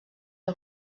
que